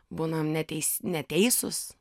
būnam netei neteisūs